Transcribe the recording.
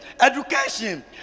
education